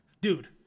Dude